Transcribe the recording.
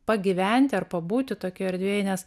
pagyventi ar pabūti tokioj erdvėje nes